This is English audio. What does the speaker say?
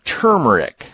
turmeric